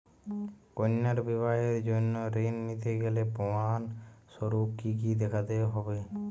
কন্যার বিবাহের জন্য ঋণ নিতে গেলে প্রমাণ স্বরূপ কী কী দেখাতে হবে?